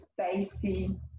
spacey